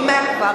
נימק כבר,